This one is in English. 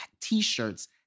t-shirts